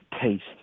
taste